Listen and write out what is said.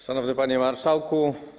Szanowny Panie Marszałku!